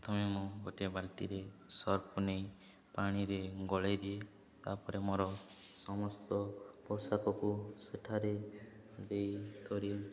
ପ୍ରଥମେ ମୁଁ ଗୋଟିଏ ବାଲ୍ଟିରେ ସର୍ଫ ନେଇ ପାଣିରେ ଗୋଳାଇ ଦିଏ ତା'ପରେ ମୋର ସମସ୍ତ ପୋଷାକକୁ ସେଠାରେ ଦେଇ କରି